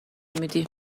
میدی